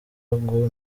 ngo